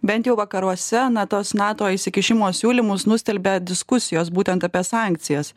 bent jau vakaruose na tuos nato įsikišimo siūlymus nustelbia diskusijos būtent apie sankcijas